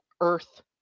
Earth